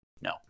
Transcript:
no